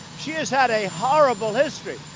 she has had a horrible history.